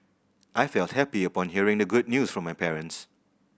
I felt happy upon hearing the good news from my parents